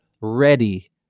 ready